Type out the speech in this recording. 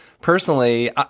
personally